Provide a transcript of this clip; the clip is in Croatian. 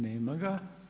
Nema ga.